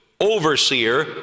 overseer